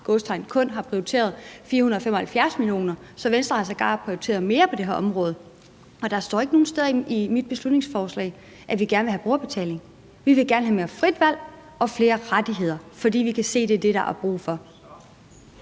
– kun har prioriteret 475 mio. kr. Så Venstre har sågar prioriteret mere på det her område. Og der står ikke nogen steder i mit beslutningsforslag, at vi gerne vil have brugerbetaling. Vi vil gerne have mere frit valg og flere rettigheder, fordi vi kan se, at det er det, der er brug for.